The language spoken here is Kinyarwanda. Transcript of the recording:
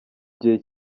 gihe